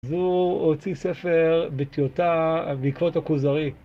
זו הוציא ספר בטיוטה בעקבות הכוזרי.